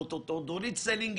בדרך כלל סלע